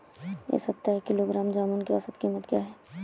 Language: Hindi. इस सप्ताह एक किलोग्राम जामुन की औसत कीमत क्या है?